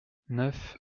neuf